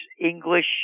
English